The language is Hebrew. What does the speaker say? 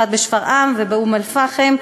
בשפרעם ובאום-אלפחם,